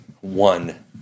one